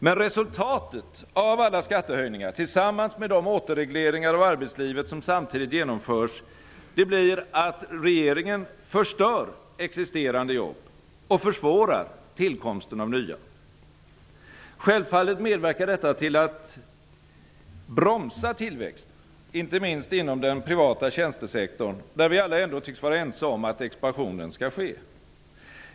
Men resultatet av alla skattehöjningar, tillsammans med de återregleringar av arbetslivet som samtidigt genomförs, blir att regeringen förstör existerande jobb och försvårar tillkomsten av nya. Självfallet medverkar detta till att bromsa tillväxten, inte minst inom den privata tjänstesektorn, där vi alla ändå tycks vara ense om att expansionen skall ske.